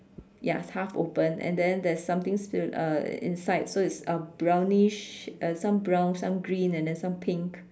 ya half open and then there's something still uh inside so is um brownish uh some brown some green and then some pink